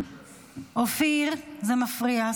אופיר, זה מפריע.